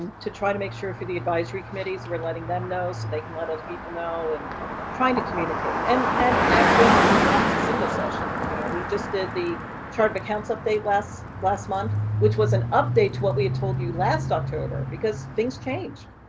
and to try to make sure for the advisory committees we're letting them know so they can let other people know, and trying to communicate. and and actually, to be honest, a simba session. you know, we just did the chart of accounts update last last month, which was an update to what we had told you last october because things changed.